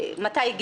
מתי זה קרה?